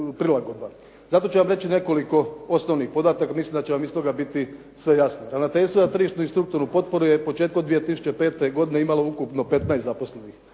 Zato ću vam reći nekoliko osnovnih podataka, mislim da će vam iz toga biti sve jasno. Ravnateljstvo za tržišnu i strukturnu potporu je početkom 2005. godine imalo ukupno 15 zaposlenih.